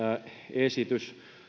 esitys